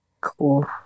Cool